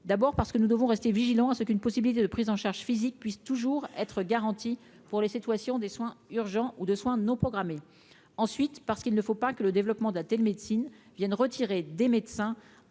d'abord parce que nous devons rester vigilants à ce qu'une possibilité de prise en charge physique puissent toujours être garanti pour les situations des soins urgents ou de soins non programmés, ensuite parce qu'il ne faut pas que le développement d'tel médecine viennent retirer des médecins